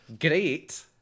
great